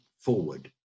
forward